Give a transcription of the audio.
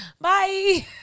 Bye